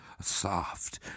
soft